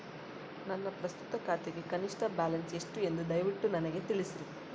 ನನ್ನ ಪ್ರಸ್ತುತ ಖಾತೆಗೆ ಕನಿಷ್ಠ ಬ್ಯಾಲೆನ್ಸ್ ಎಷ್ಟು ಎಂದು ದಯವಿಟ್ಟು ನನಗೆ ತಿಳಿಸ್ರಿ